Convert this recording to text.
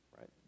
Right